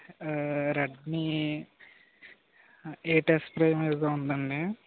ఆ Redmi eight యప్ ఎఫ్తో ఏదో ఉందండి